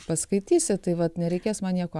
paskaitysit tai vat nereikės man nieko